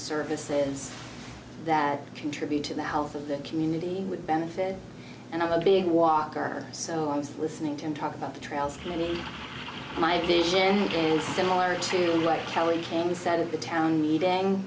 services that contribute to the health of the community would benefit and i'm a big walker so i'm listening to him talk about the trials how many my vision again similar to like kelly came he said of the town meeting